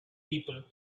people